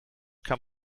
kann